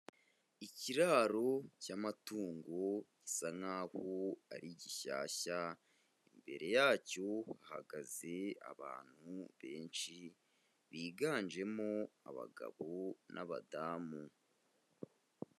Ikiraro cy'amatungo gisa nkaho ari gishyashya, imbere yacyo hahagaze abantu benshi biganjemo abagabo n'abadamu.